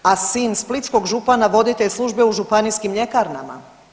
A sin splitskog župana voditelj službe u županijskim ljekarnama.